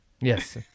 Yes